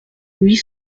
huit